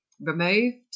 removed